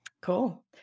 Cool